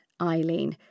Eileen